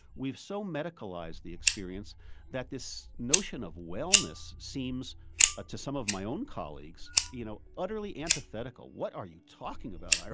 we've so medicalized the experience that this notion of wellness seems to some of my own colleagues, you know, utterly antithetical. what are you talking about,